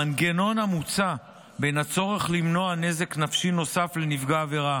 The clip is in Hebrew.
המנגנון המוצע מאזן בין הצורך למנוע נזק נפשי נוסף לנפגע העבירה